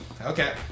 okay